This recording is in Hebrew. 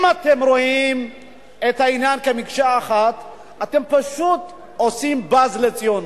אם אתם רואים את העניין כמקשה אחת אתם פשוט עושים בוז לציונות.